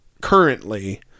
currently